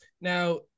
Now